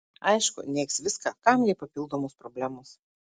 aišku neigs viską kam jai papildomos problemos